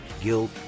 guilt